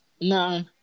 No